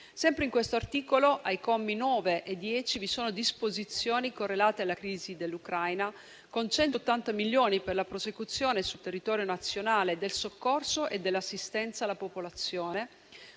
Sempre questo articolo, ai commi 9 e 10, reca disposizioni correlate alla crisi ucraina, con 180 milioni per la prosecuzione sul territorio nazionale del soccorso e dell'assistenza alla popolazione,